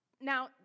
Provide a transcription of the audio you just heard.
Now